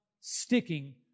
sticking